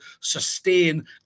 sustain